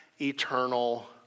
eternal